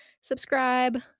subscribe